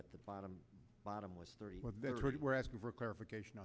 but the bottom bottom was thirty what they were asking for clarification